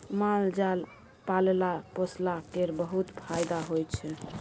माल जाल पालला पोसला केर बहुत फाएदा होइ छै